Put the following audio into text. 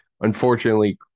Unfortunately